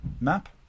map